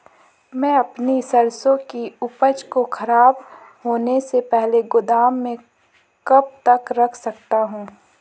मैं अपनी सरसों की उपज को खराब होने से पहले गोदाम में कब तक रख सकता हूँ?